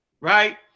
right